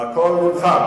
הכול חוסל.